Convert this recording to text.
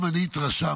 גם אני התרשמתי